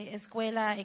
escuela